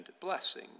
blessing